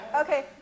Okay